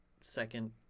second